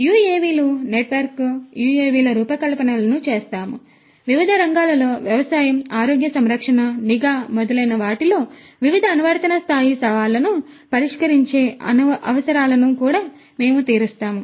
మేము UAV లు network UAV ల రూపకల్పనలను చేస్తాము వివిధ రంగాలలో వ్యవసాయం ఆరోగ్య సంరక్షణ నిఘా మొదలైన వాటిలో వివిధ అనువర్తన స్థాయి సవాళ్లను పరిష్కరించే అవసరాలను కూడా మేము తీరుస్తాము